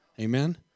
Amen